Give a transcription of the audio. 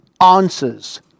answers